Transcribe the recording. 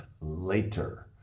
later